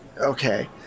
okay